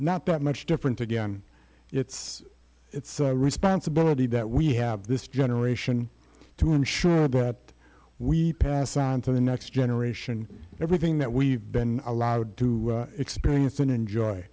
not that much different again it's a responsibility that we have this generation to ensure that we pass on to the next generation everything that we've been allowed to experience and enjoy